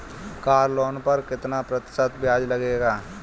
Car loan पर कितना प्रतिशत ब्याज लगेगा?